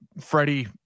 Freddie